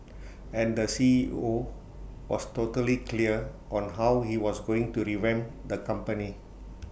and the C E O was totally clear on how he was going to revamp the company